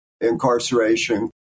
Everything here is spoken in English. incarceration